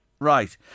Right